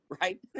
Right